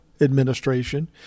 administration